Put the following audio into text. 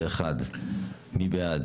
מי בעד